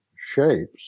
shapes